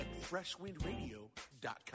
freshwindradio.com